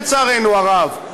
לצערנו הרב,